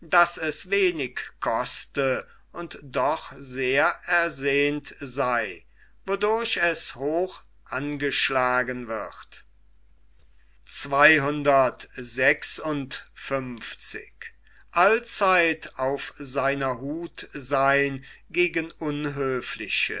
daß es wenig koste und doch sehr ersehnt sei wodurch es hoch angeschlagen wird